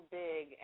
big